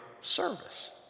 service